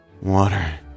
Water